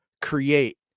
create